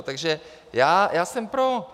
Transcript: Takže já jsem pro.